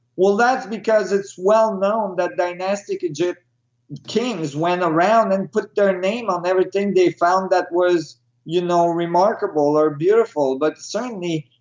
well that's because it's well known that dynastic egypt kings went around and put their name on everything they found that was you know remarkable or beautiful, but certainly,